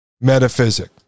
Metaphysics